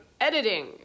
editing